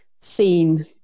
seen